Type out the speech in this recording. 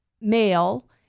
male